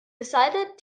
decided